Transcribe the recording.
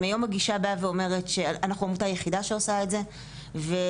הגישה באה ואומרת אנחנו עמותה יחידה שעושה את זה וניצולי